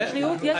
לבריאות יש תקציב.